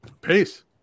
Peace